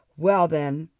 well, then,